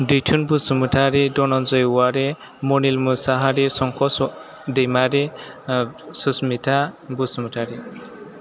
Daithun Basumatary Dhananjay Wary Manil Mushahary Sankoch Daimary Susmitha Basumatary